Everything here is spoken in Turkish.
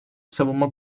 savunma